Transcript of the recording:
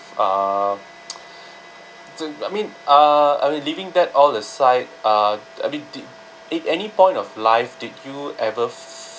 uh just I mean uh I will leaving that all aside uh I mean did did any point of life did you ever